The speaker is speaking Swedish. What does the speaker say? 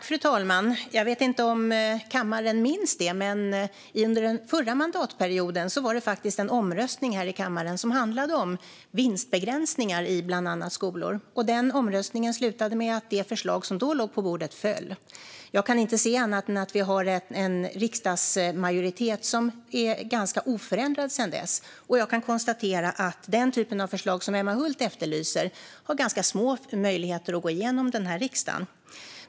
Fru talman! Jag vet inte om kammaren minns det, men under den förra mandatperioden var det faktiskt en omröstning här i kammaren som handlade om vinstbegränsningar ibland annat skolor. Omröstningen slutade med att det förslag som då låg på bordet föll. Jag kan inte se annat än att vi har en riksdagsmajoritet som är ganska oförändrad sedan dess. Och jag kan konstatera att den typ av förslag som Emma Hult efterlyser har ganska små möjligheter att gå igenom i den här riksdagen.